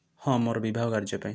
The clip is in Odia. ହଁ ମୋର ବିବାହ କାର୍ଯ୍ୟ ପାଇଁ